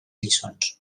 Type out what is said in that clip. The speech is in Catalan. lliçons